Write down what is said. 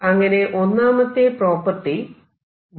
അങ്ങനെ ഒന്നാമത്തെ പ്രോപ്പർട്ടി 1